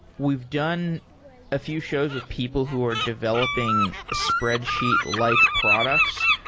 we've done a few shows with people who are developing spreadsheet-like products.